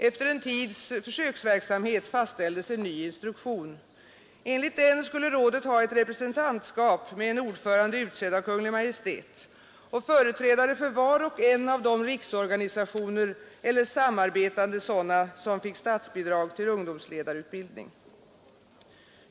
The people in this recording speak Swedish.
Efter en tids ”försöksverksamhet” fastställdes en ny instruktion. Enligt denna skulle rådet ha ett representantskap med en ordförande, utsedd av Kungl. Maj:t, och företrädare för var och en av de riksorganisationer eller samarbetande sådana som fick statsbidrag till ungdomsledarutbildning.